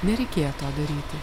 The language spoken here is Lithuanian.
nereikėjo to daryti